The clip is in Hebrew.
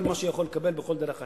ממה שהוא היה יכול לקבל בכל דרך אחרת.